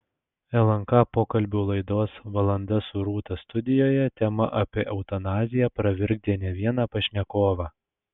lnk pokalbių laidos valanda su rūta studijoje tema apie eutanaziją pravirkdė ne vieną pašnekovą